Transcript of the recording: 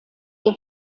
der